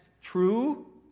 true